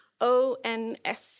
O-N-S